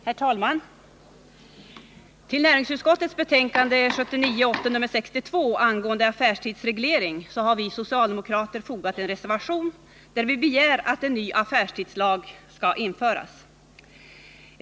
Herr talman! Till näringsutskottets betänkande nr 62 angående affärstidsreglering har vi socialdemokrater fogat en reservation där vi begär att en ny affärstidslag skall införas.